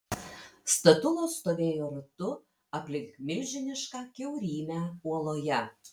statulos stovėjo ratu aplink milžinišką kiaurymę uoloje